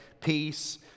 peace